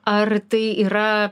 ar tai yra